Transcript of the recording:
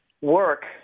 work